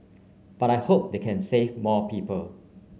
but I hope they can save more people